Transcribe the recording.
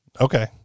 Okay